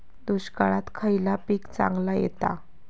दुष्काळात खयला पीक चांगला येता?